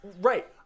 right